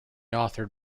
authored